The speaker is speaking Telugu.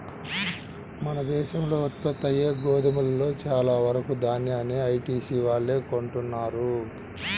మన దేశంలో ఉత్పత్తయ్యే గోధుమలో చాలా వరకు దాన్యాన్ని ఐటీసీ వాళ్ళే కొంటన్నారు